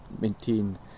maintain